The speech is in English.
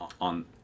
on